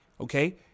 okay